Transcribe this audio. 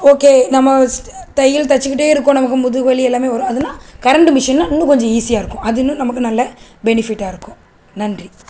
okay நம்ம first தையல் தச்சுக்கிட்டே இருக்கோம் நமக்கு முதுகுவலி எல்லாமே வரும் அதெல்லாம் கரண்டு மிஷின்னா இன்னும் கொஞ்சம் ஈஸியாக இருக்கும் அது இன்னும் நமக்கு நல்ல பெனிஃபிட்டாக இருக்கும் நன்றி